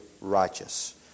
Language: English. righteous